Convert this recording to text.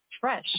Fresh